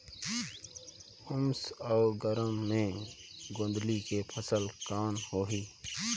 उमस अउ गरम मे गोंदली के फसल कौन होही?